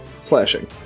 slashing